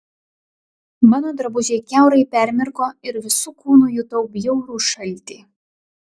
mano drabužiai kiaurai permirko ir visu kūnu jutau bjaurų šaltį